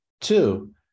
Two